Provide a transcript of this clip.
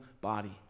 body